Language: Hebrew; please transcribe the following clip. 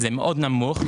השיעור הוא מאוד נמוך,